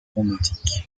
romantique